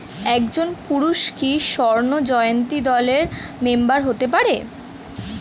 একজন পুরুষ কি স্বর্ণ জয়ন্তী দলের মেম্বার হতে পারে?